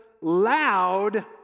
loud